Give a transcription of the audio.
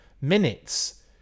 minutes